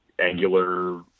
angular